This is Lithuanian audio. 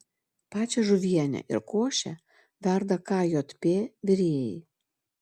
pačią žuvienę ir košę verda kjp virėjai